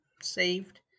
saved